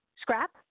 Scrap